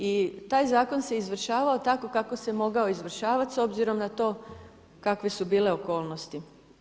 I taj Zakon se izvršavao tako kako se mogao izvršavati s obzirom na to kakve su bile okolnosti.